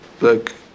Look